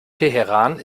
teheran